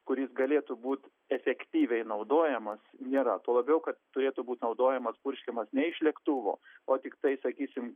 kuris galėtų būt efektyviai naudojamas nėra tuo labiau kad turėtų būt naudojamas purškiamas ne iš lėktuvo o tiktai sakysim